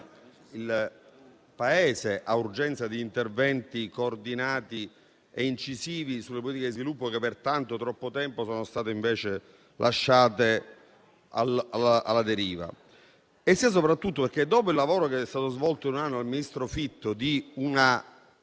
il Paese ha urgenza di interventi coordinati e incisivi sulle politiche di sviluppo, che per tanto, troppo tempo sono state lasciate alla deriva; sia e soprattutto perché, dopo il lavoro che è stato svolto in un anno dal ministro Fitto per una